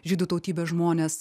žydų tautybės žmones